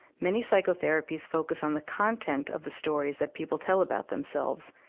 many psychotherapies focus on the content of the stories that people tell about themselves,